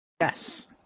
Yes